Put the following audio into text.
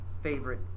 favorite